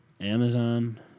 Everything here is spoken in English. Amazon